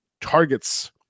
targets